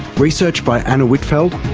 research by anna whitfeld,